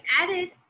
added